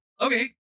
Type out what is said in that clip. okay